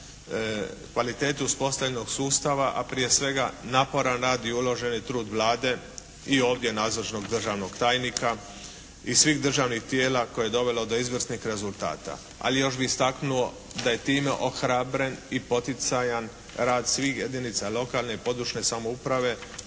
kvalitete uspostavljenog sustava a prije svega naporan rad i uložen trud Vlade i ovdje nazočnog državnog tajnika i svih državnih tijela koje je dovelo do izvrsnih rezultata. Ali još bih istaknuo da je time ohrabren i poticajan rad svih jedinica lokalne i područne samouprave